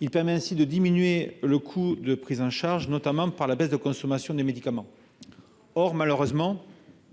il permet ainsi de diminuer le coût de prise en charge, notamment par la baisse de consommation des médicaments or malheureusement